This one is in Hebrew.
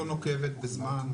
לא נוקבת בזמן,